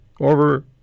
over